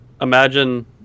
imagine